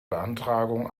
beantragung